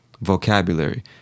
vocabulary